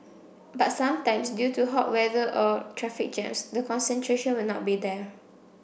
but sometimes due to hot weather or traffic jams the concentration will not be there